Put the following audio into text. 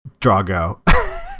Drago